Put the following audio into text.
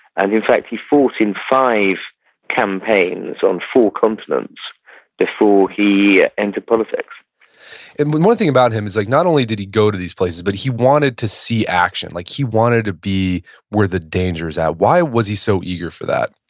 and in fact, he fought in five campaigns on four continents before he entered politics one thing about him is like not only did he go to these places, but he wanted to see action. like he wanted to be where the danger was at. why was he so eager for that?